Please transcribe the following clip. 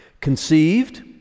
conceived